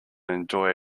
enjoy